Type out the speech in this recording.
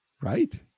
Right